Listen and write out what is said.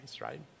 right